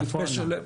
צפונה.